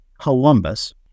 columbus